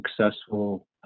successful